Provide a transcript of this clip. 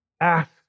Ask